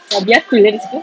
laki aku lah dia suka